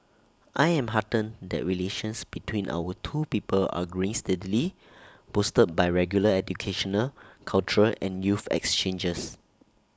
I am heartened that relations between our two people are growing steadily bolstered by regular educational cultural and youth exchanges